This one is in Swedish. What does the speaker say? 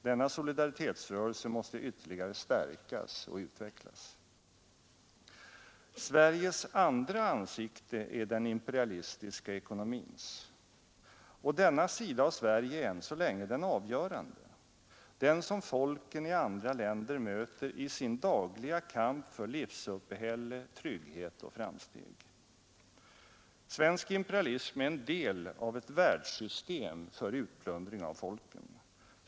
Denna solidaritetsrörelse måste ytterligare stärkas och utvecklas. Sveriges andra ansikte är den imperialistiska ekonomins. Och denna sida av Sverige är än så länge den avgörande, den som folken i andra länder möter i sin dagliga kamp för livsuppehälle, trygghet och framsteg. Svensk imperialism är en del av ett världssystem för utplundring av folken.